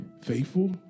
faithful